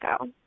go